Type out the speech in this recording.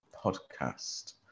podcast